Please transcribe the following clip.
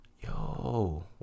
Yo